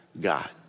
God